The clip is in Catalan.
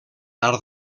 art